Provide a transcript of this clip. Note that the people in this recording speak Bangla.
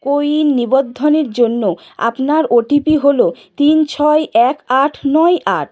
কোউইন নিবন্ধনের জন্য আপনার ওটিপি হল তিন ছয় এক আট নয় আট